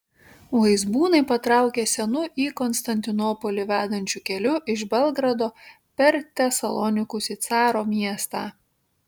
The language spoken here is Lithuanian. vaizbūnai patraukė senu į konstantinopolį vedančiu keliu iš belgrado per tesalonikus į caro miestą